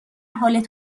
حال